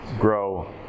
grow